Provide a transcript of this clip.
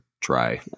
try